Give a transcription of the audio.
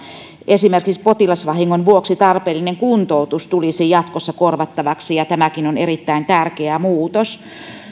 esimerkiksi potilasvahingon vuoksi tarpeellinen kuntoutus tulisi jatkossa korvattavaksi ja tämäkin on erittäin tärkeä muutos